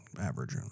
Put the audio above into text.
average